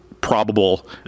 probable